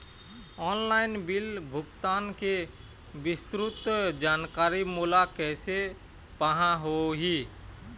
Online bill भुगतान के विस्तृत जानकारी मोला कैसे पाहां होही?